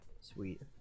Sweet